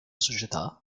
società